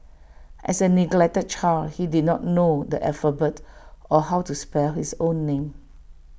as A neglected child he did not know the alphabet or how to spell his own name